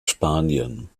spanien